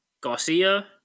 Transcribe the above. Garcia